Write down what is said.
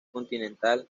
continental